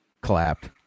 clapped